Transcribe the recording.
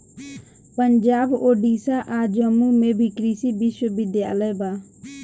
पंजाब, ओडिसा आ जम्मू में भी कृषि विश्वविद्यालय बा